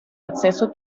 acceso